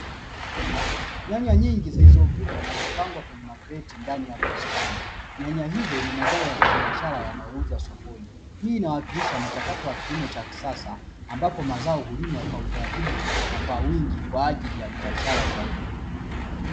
Nyanya nyingi zilizovunwa na kupangwa kwenye magret ndani ya bustani nyanya hizo ni mazao ya kibiashara yanayouzwa sokoni, hii inawakilisha mchakato wa kilimo cha kisasa ambapo mazao hujuma kwa utaratibu na kwa wingi kwa ajili ya biashara zaidi.